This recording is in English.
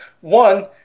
one